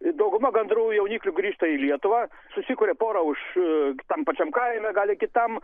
dauguma gandrų jauniklių grįžta į lietuvą susikuria pora už tam pačiam kaime gali kitam